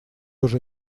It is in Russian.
уже